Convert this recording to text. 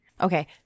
okay